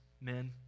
men